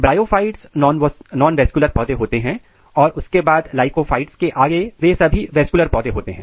bryophytes nonvascular पौधे होते हैं और उसके बाद लाइकोफाइट्स के आगे वे सब वैस्कुलर पौधे होते हैं